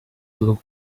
blue